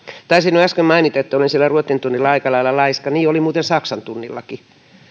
taisin jo äsken mainita että olin siellä ruotsin tunnilla aika lailla laiska niin olin muuten saksan tunnillakin